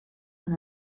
man